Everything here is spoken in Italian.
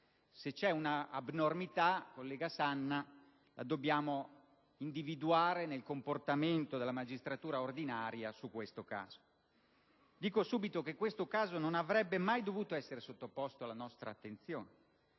Se c'è un'abnormità, collega Sanna, dobbiamo individuarla nel comportamento della magistratura ordinaria. Dico subito, infatti, che questo caso non avrebbe mai dovuto essere sottoposto alla nostra attenzione.